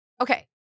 Okay